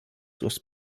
was